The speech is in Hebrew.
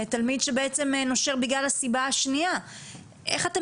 תלמיד שבעצם נושר בגלל הסיבה השניה איך אתם